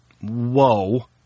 whoa